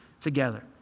together